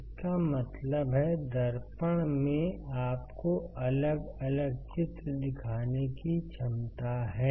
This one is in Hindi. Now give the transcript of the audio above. इसका मतलब है दर्पण में आपको अलग अलग चित्र दिखाने की क्षमता है